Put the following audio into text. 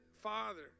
father